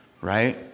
right